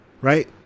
right